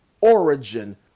origin